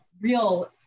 real